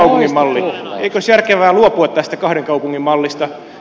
eikö olisi järkevää luopua tästä kahden kaupungin mallista